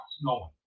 snowing